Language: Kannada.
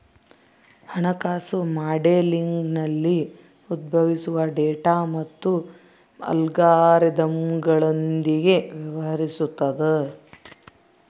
ಹಣಕಾಸು ಮಾಡೆಲಿಂಗ್ನಲ್ಲಿ ಉದ್ಭವಿಸುವ ಡೇಟಾ ಮತ್ತು ಅಲ್ಗಾರಿದಮ್ಗಳೊಂದಿಗೆ ವ್ಯವಹರಿಸುತದ